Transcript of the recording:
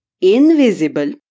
invisible